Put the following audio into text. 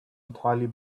entirely